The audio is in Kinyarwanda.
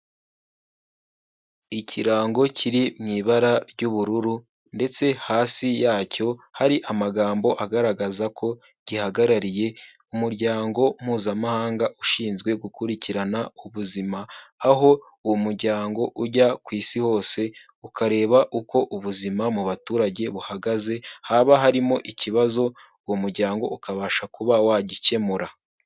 Ikirango kiri mu ibara ry'ubururu ndetse hasi yacyo hari amagambo agaragaza ko gihagarariye umuryango mpuzamahanga ushinzwe gukurikirana ubuzima, aho uwo muryango ujya ku Isi hose ukareba uko ubuzima mu baturage buhagaze, haba harimo ikibazo uwo muryango ukabasha kuba wagikemura.